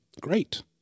Great